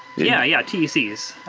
yeah, yeah, tcs,